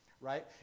right